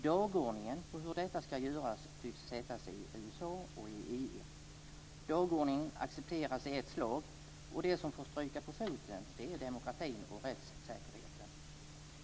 Dagordningen för hur detta ska göras tycks sättas i USA och i EU och accepteras i ett slag. Det som får stryka på foten är demokratin och rättssäkerheten.